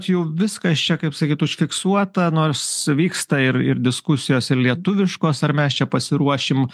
jau viskas čia kaip sakyt užfiksuota nors vyksta ir ir diskusijos ir lietuviškos ar mes čia pasiruošim